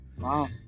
Wow